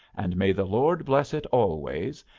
and may the lord bless it always!